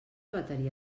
bateria